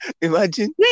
imagine